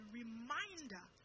reminder